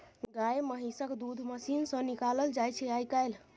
गाए महिषक दूध मशीन सँ निकालल जाइ छै आइ काल्हि